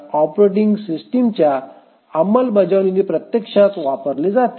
operating सिस्टमच्या अंमलबजावणीमध्ये प्रत्यक्षात वापरले जाते